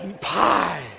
pie